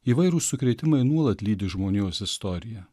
įvairūs sukrėtimai nuolat lydi žmonijos istoriją